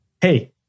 hey